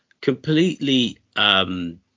completely